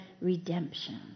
redemption